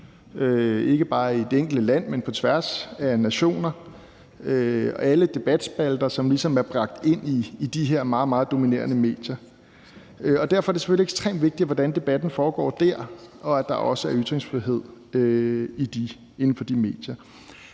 ikke bare i det enkelte land, men på tværs af nationer, og alle debatspalter, som ligesom er bragt ind i de her meget, meget dominerende medier. Derfor er det selvfølgelig ekstremt vigtigt, hvordan debatten foregår der, og at der også er ytringsfrihed i de medier.